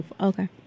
Okay